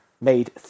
made